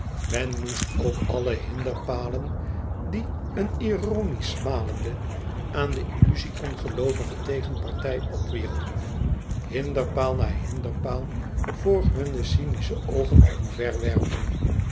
men moest ook alle hinderpalen die een ironisch smalende aan de illuzie ongeloovige tegenpartij opwierp hinderpaal na hinderpaal voor hunne cynische oogen omverwerpen